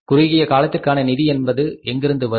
குறுகிய காலத்திற்கான நிதி என்பது எங்கிருந்து வரும்